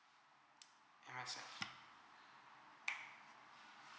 M_S_F